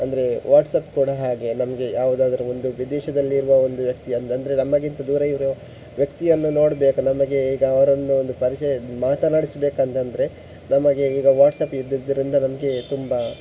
ಅಂದರೆ ವಾಟ್ಸಪ್ ಕೂಡ ಹಾಗೆ ನಮಗೆ ಯಾವುದಾದ್ರು ಒಂದು ವಿದೇಶದಲ್ಲಿ ಇರುವ ಒಂದು ವ್ಯಕ್ತಿ ಅನ್ನ ಅಂದರೆ ನಮಗಿಂತ ದೂರ ಇರೋ ವ್ಯಕ್ತಿಯನ್ನು ನೋಡಬೇಕು ನಮಗೆ ಈಗ ಅವರನ್ನು ಒಂದು ಪರಿಚಯ ಮಾತನಾಡಿಸ್ಬೇಕು ಅಂತಂದರೆ ನಮಗೆ ಈಗ ವಾಟ್ಸಪ್ ಇದ್ದದ್ದರಿಂದ ನಮಗೆ ತುಂಬ